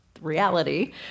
reality